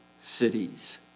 cities